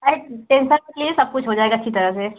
अरे टेंसन मत लीजिए सब कुछ हो जाएगा अच्छी तरह से